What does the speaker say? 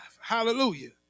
hallelujah